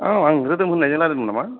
औ आं रोदोम होन्नायजों रायलायदोंमोन नामा